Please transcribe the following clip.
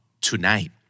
tonight